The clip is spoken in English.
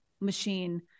machine